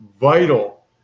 vital